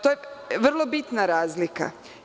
To je vrlo bitna razlika.